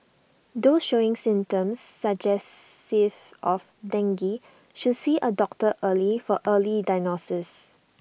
those showing symptoms suggestive of dengue should see A doctor early for early diagnosis